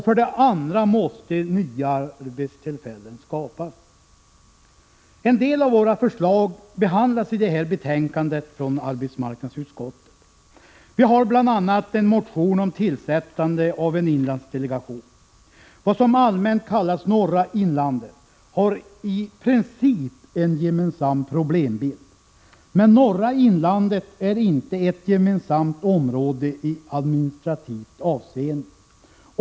För det andra måste nya arbetstillfällen skapas. En del av våra förslag behandlas i detta betänkande från arbetsmarknadsutskottet. Vi har bl.a. en motion om tillsättande av en inlandsdelegation. Det som allmänt kallas norra inlandet har i princip en gemensam problembild. Norra inlandet är emellertid inte ett gemensamt område i administrativt avseende.